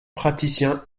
praticien